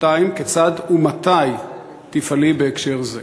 2. כיצד ומתי תפעלי בהקשר זה?